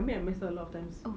I mean I mess up a lot of times